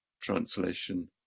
translation